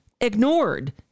ignored